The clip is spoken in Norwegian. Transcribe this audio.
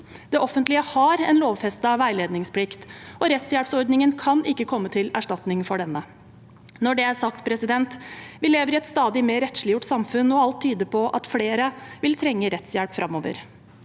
Det offentlige har en lovfestet veiledningsplikt, og rettshjelpsordningen kan ikke komme til erstatning for denne. Når det er sagt: Vi lever i et stadig mer rettsliggjort samfunn, og alt tyder på at flere vil trenge rettshjelp framover.